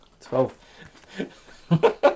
Twelve